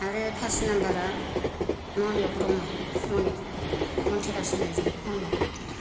आरो फास नाम्बारा मनिक ब्रह्म मनिक मन्थुराज होनो जों मनिक